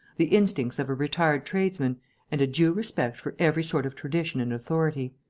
the instincts of a retired tradesman and a due respect for every sort of tradition and authority.